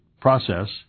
process